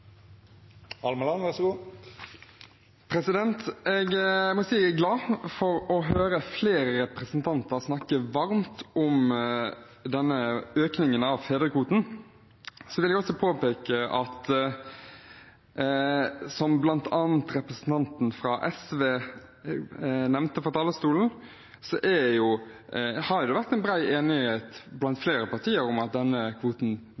glad for å høre flere representanter snakke varmt om økningen av fedrekvoten. Så vil jeg også påpeke, som bl.a. representanten fra SV nevnte fra talerstolen, at det har vært bred enighet i flere partier om at denne kvoten